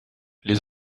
les